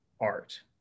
art